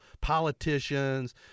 politicians